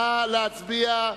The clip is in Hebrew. נא להצביע.